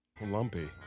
Lumpy